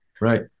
Right